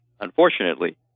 Unfortunately